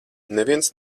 neviens